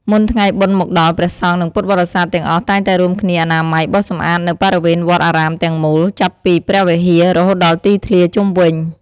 មុនថ្ងៃបុណ្យមកដល់ ព្រះសង្ឃ និងពុទ្ធបរិស័ទ ទាំងអស់តែងតែរួមគ្នាអនាម័យ បោសសម្អាតនូវបរិវេណវត្តអារាមទាំងមូល ចាប់ពីព្រះវិហារ រហូតដល់ទីធ្លាជុំវិញ។